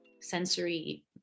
sensory